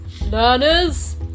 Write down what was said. learners